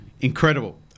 Incredible